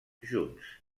junts